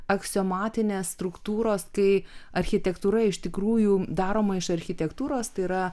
aksiomatinės struktūros kai architektūra iš tikrųjų daroma iš architektūros tai yra